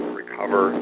recover